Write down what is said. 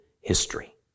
history